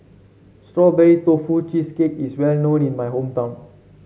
Strawberry Tofu Cheesecake is well known in my hometown